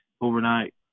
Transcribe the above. overnight